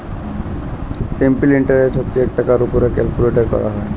simple interest হছে যে টাকার উপর ক্যালকুলেট ক্যরা হ্যয়